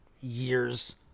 years